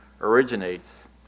originates